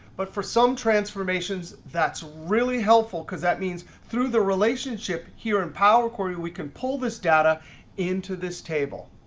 but for some transformations, that's really helpful. because that means through the relationship here on and power query, we can pull this data into this table.